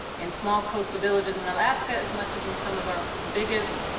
in small coastal villages in alaska as much as in some of our biggest,